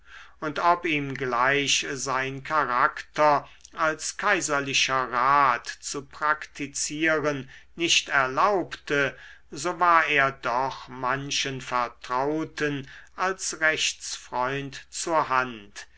und ob ihm gleich sein charakter als kaiserlicher rat zu praktizieren nicht erlaubte so war er doch manchen vertrauten als rechtsfreund zur hand